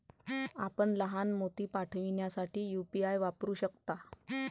आपण लहान मोती पाठविण्यासाठी यू.पी.आय वापरू शकता